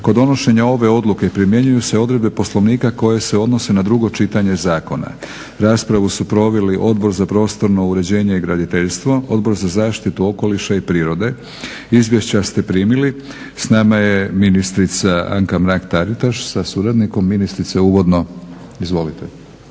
Kod donošenja ove odluke primjenjuju se odredbe Poslovnika koje se odnose na drugo čitanje zakona. raspravu su proveli Odbor za prostorno uređenje i graditeljstvo, Odbor za zaštitu okoliša i prirode. Izvješća ste primili. S nama je ministrica Anka Mrak Taritaš sa suradnikom.ministic uvodno. Izvolite.